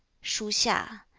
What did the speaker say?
shu xia,